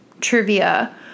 trivia